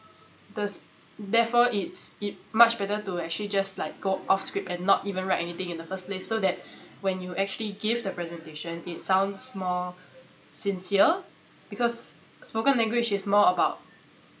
this therefore it's it's much better to actually just like go off script and not even write anything in the first place so that when you actually give the presentation it sounds more sincere because spoken language is more about